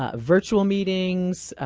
ah virtual meetings,